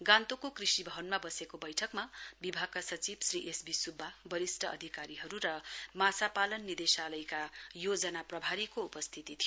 गान्तोकको कृषि भवनमा बसेको बैठकमा विभागका सचिव श्री एसबी सुब्बा वरिस्ट अधिकारीहरू र माछापालन निदेशालयका योजना प्रभारीको उपस्थिती थियो